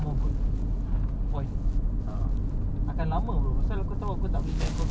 that's why aku tak nak that's why sampai sekarang kau ajak aku aku tak nak join because aku tahu aku akan sangkut dengan fishing